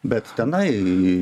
bet tenai